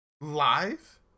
live